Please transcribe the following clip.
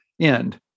end